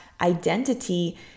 identity